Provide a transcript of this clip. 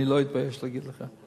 אני לא אתבייש להגיד לך.